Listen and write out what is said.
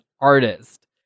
artist